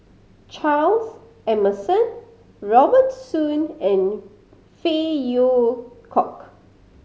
Charles Emmerson Robert Soon and Phey Yew Kok